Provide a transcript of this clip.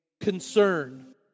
concern